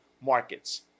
markets